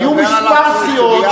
הוא מדבר על הסוגיה הביטחונית.